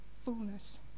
fullness